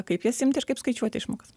kaip jas imti ir kaip skaičiuoti išmokas